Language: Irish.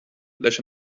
leis